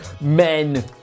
men